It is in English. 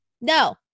no